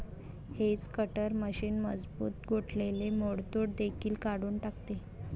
hedge cutter मशीन मजबूत गोठलेले मोडतोड देखील काढून टाकते